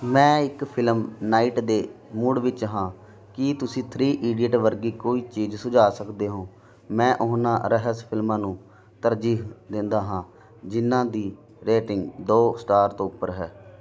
ਮੈਂ ਇੱਕ film night ਦੇ ਮੂਡ ਵਿੱਚ ਹਾਂ ਕੀ ਤੁਸੀਂ ਥ੍ਰੀ ਇਡੀਅਟ ਵਰਗੀ ਕੋਈ ਚੀਜ਼ ਸੁਝਾ ਸਕਦੇ ਹੋ ਮੈਂ ਉਹਨਾਂ ਰਹੱਸ ਫਿਲਮਾਂ ਨੂੰ ਤਰਜੀਹ ਦਿੰਦਾ ਹਾਂ ਜਿਨ੍ਹਾਂ ਦੀ ਰੇਟਿੰਗ ਦੋ ਸਟਾਰ ਤੋਂ ਉੱਪਰ ਹੈ